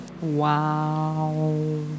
Wow